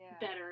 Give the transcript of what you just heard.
better